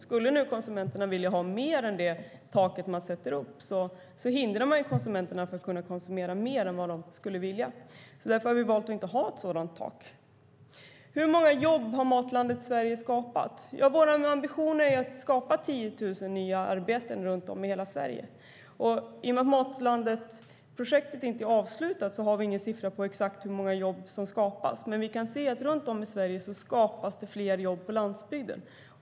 Skulle konsumenterna vilja ha mer än det tak man sätter upp hindrar man konsumenterna från att kunna konsumera mer. Därför har vi valt att inte ha ett sådant tak. Hur många jobb har Matlandet Sverige skapat? Det är vår ambition att skapa 10 000 nya arbeten runt om i hela Sverige. I och med att Matlandetprojektet inte är avslutat har vi ingen siffra på exakt hur många jobb som skapas, men vi kan se att det skapas fler jobb på landsbygden runt om i Sverige.